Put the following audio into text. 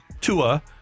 Tua